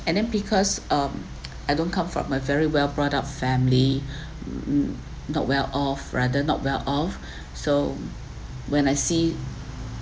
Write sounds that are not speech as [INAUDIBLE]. and then because um [NOISE] I don't come from a very well brought up family [BREATH] not well off rather not well off [BREATH] so when I see